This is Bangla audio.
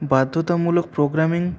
বাধ্যতামূলক প্রোগ্রামিং